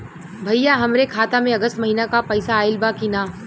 भईया हमरे खाता में अगस्त महीना क पैसा आईल बा की ना?